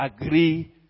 agree